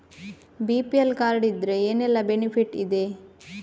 BPL card ಇದ್ರೆ ಏನೆಲ್ಲ benefit ಇದೆ?